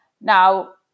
Now